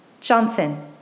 Johnson